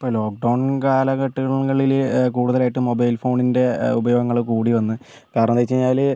ഇപ്പോൾ lockdown കാലഘട്ടങ്ങളിൽ കൂടുതലായിട്ടും മൊബൈൽ ഫോണിൻ്റെ ഉപയോഗങ്ങൾ കൂടി വന്ന് കാരണമെന്താണെന്ന് വെച്ച് കഴിഞ്ഞാൽ